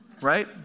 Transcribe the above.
right